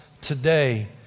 today